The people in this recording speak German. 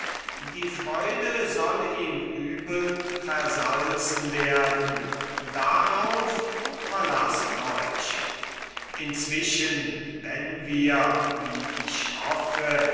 die freude soll ihm übel versalzen werden darauf verlaßt euch inzwischen wenn wir wie ich hoffe